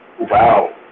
Wow